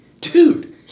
Dude